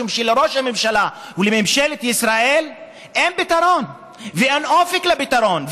משום שלראש הממשלה ולממשלת ישראל אין פתרון ואין אופק לפתרון,